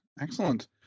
Excellent